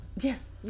Yes